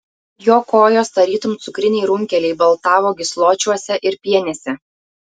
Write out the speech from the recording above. jo kojos tarytum cukriniai runkeliai baltavo gysločiuose ir pienėse